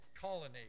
colony